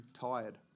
tired